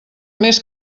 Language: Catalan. més